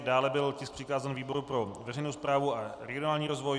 Dále byl tisk přikázán výboru pro veřejnou správu a regionální rozvoj.